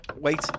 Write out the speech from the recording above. wait